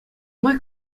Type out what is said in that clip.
май